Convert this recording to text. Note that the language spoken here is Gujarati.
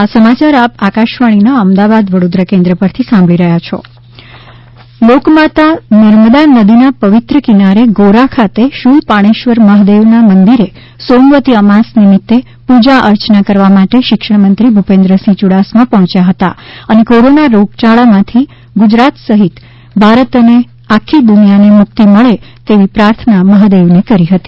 અમાસની પૂજા ભૂપેન્દ્રસિંહ્ યુડાસમા લોકમાતા નર્મદા નદીના પવિત્ર કિનારે ગોરા ખાતે શૂલપાણેશ્વર મહાદેવના મંદિરે સોમવતી અમાસ નિમિત્તે પુજા અર્ચના કરવા માટે શિક્ષણમંત્રી ભુપેન્દ્રસિંહ યુડાસમા પર્હોચ્યા હતા અને કોરોના રોગયાળામાંથી ગુજરાત સમેત ભારત અને આખી દુનિયાને મુક્તિ મળે તેવી પ્રાર્થના મહાદેવને કરી હતી